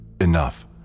Enough